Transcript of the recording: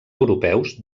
europeus